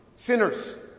Sinners